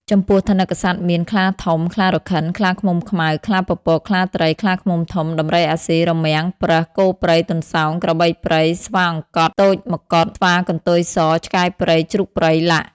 ចំពោះថនិកសត្វមាន ខ្លាធំ ខ្លារខិន ខ្លាឃ្មុំខ្មៅ ខ្លាពពក ខ្លាត្រី ខ្លាឃ្មុំធំ ដំរីអាស៊ី រមាំង ប្រើស គោព្រៃ ទន្សោង ក្របីព្រៃ ស្វាអង្កត់ ទោចម្កុដ ស្វាកន្ទុយស ឆ្កែព្រៃ ជ្រូកព្រៃ ។ល។